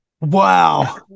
Wow